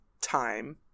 time